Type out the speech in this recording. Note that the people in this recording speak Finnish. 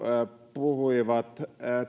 puhuivat